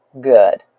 good